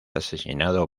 asesinado